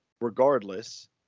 regardless